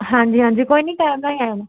ਹਾਂਜੀ ਹਾਂਜੀ ਕੋਈ ਨਹੀਂ ਟਾਇਮ ਨਾਲ ਹੀ ਆ ਜਾਣਾ